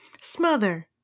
Smother